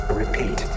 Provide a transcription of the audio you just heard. repeat